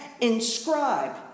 inscribe